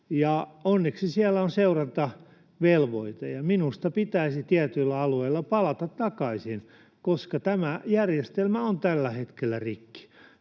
Onneksi siellä on seurantavelvoite, ja minusta pitäisi tietyillä alueilla palata takaisin, koska tämä järjestelmä on tällä hetkellä rikki.